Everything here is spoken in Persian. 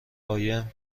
قایم